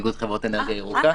שלום,